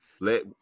let